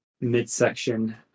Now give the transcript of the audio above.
midsection